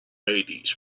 ladies